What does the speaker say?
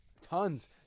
Tons